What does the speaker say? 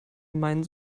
meinen